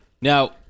Now